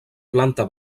planta